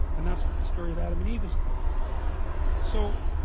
and that's what the story of adam and eve is about so